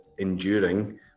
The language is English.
enduring